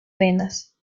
arenas